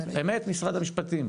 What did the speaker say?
אמת, משרד המשפטים?